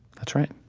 that's right.